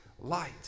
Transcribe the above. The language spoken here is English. light